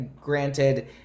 granted